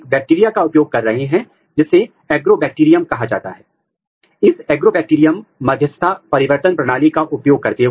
लेकिन यह प्रोब आकार काफी अधिक है तो हमने इस प्रोब को हाइड्रोलाइज्ड कर दिया है और हमने एक छोटा हाइड्रोलाइज्ड प्रोब तैयार किया है